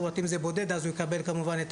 זאת אומרת אם זה בודד אז הוא יקבל כמובן את